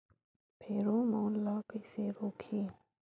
Pheromone ला कइसे रोकही?